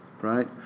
right